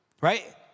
Right